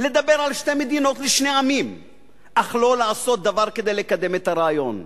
לדבר על שתי מדינות לשני עמים אך לא לעשות דבר כדי לקדם את הרעיון.